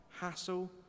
hassle